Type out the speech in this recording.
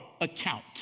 account